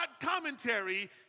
commentary